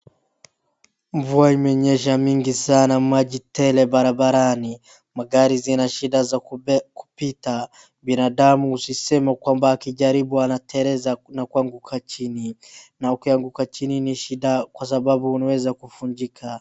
Mvua imenyesha nyingi sana maji tele barabarani .Magari zina shida ya kupita, binadamu akijaribu anateleza na kuanguka chini na ukianguka chini ni shida kwa sababu unaeza kuvunjika.